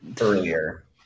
earlier